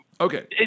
Okay